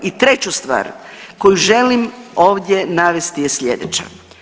I treću stvar koju želim ovdje navesti je slijedeća.